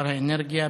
שר האנרגיה,